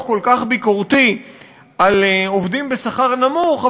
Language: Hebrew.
כל כך ביקורתי לגבי עובדים בשכר נמוך,